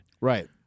Right